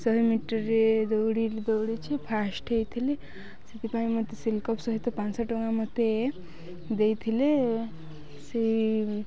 ଶହେ ମିଟରରେ ଦୌଡ଼ ଦୌଡ଼ିଛି ଫାର୍ଷ୍ଟ ହୋଇଥିଲି ସେଥିପାଇଁ ମୋତେ ସିଲ୍ଡ କପ୍ ସହିତ ପାଞ୍ଚ ଶହ ଟଙ୍କା ମୋତେ ଦେଇଥିଲେ ସେଇ